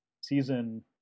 season